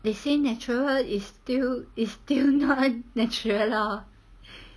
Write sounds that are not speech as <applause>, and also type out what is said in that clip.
they say natural it's still it's still not natural lor <laughs>